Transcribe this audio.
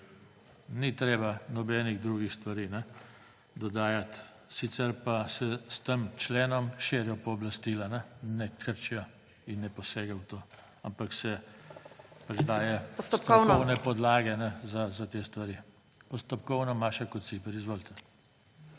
Ni treba nobenih drugih stvari dodajati. Sicer pa se s tem členom širijo pooblastila, ne krčijo. In ne posega se v to, ampak se daje strokovne podlage za te stvari. Postopkovno Maša Kociper. Izvolite.